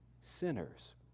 sinners